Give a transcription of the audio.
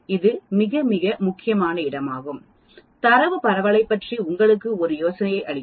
இது மிக மிக முக்கியமான இடமாகும் தரவு பரவலைப் பற்றி உங்களுக்கு ஒரு யோசனையை அளிக்கும்